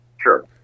Sure